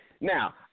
now